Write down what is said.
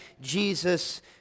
Jesus